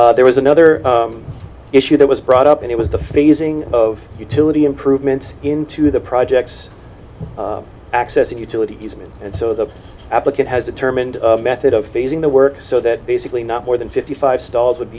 but there was another issue that was brought up and it was the phasing of utility improvements into the projects access and utilities and so the applicant has determined method of phasing the work so that basically not more than fifty five stalls would